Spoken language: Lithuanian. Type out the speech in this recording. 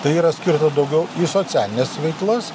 tai yra skirta daugiau į socialines veiklas